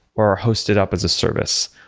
or host it up as a service,